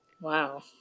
Wow